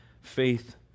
faith